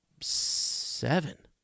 seven